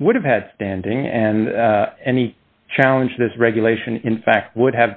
would have had standing and any challenge this regulation in fact w